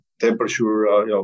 temperature